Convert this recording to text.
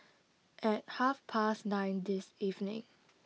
at half past nine this evening